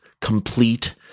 complete